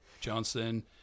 Johnson